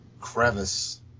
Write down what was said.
crevice